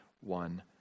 one